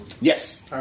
Yes